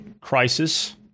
crisis